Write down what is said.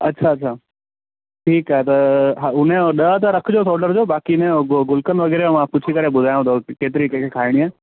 अच्छा अच्छा ठीकु आहे त हा उनजो ॾह त रखिजोसि ऑडर जो बाक़ी हिनजो गु गुलकंद वग़ैरह जो मां पुछी करे ॿुधायाव थो केतिरी कंहिंखे खाइणी आहे